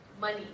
Money